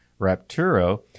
rapturo